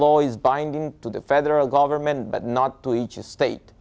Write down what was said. law is binding to the federal government but not to each state